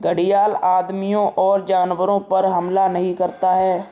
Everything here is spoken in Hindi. घड़ियाल आदमियों और जानवरों पर हमला नहीं करता है